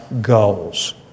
goals